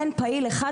אין פעיל אחד,